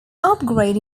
upgrade